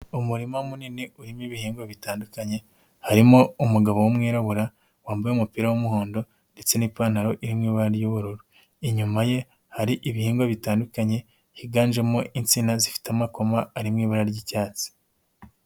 Umurima munini urimo ibihingwa bitandukanye, harimo umugabo w'umwirabura wambaye umupira w'umuhondo ndetse n'ipantaro iri mu bara ry'ubururu. Inyuma ye hari ibihingwa bitandukanye higanjemo insina zifite amakoma ari mu ibara ry'icyatsi